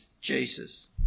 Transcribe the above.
jesus